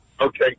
Okay